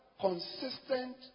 consistent